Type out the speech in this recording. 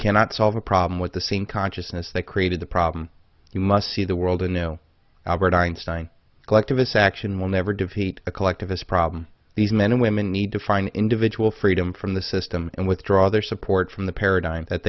cannot solve a problem with the same consciousness that created the problem you must see the world anew albert einstein collectivist action will never defeat a collectivist problem these men and women need to find individual freedom from the system and withdraw their support from the paradigm that